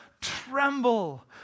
tremble